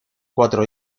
cuatro